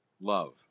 love